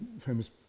famous